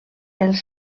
els